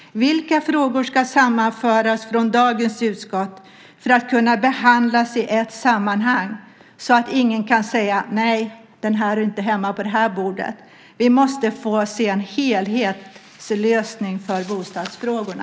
Vilka frågor ska sammanföras från dagens utskott för att kunna behandlas i ett sammanhang så att ingen kan säga att en fråga inte hör hemma på bordet? Vi måste få se en helhetslösning för bostadsfrågorna.